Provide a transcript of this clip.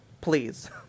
Please